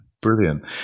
brilliant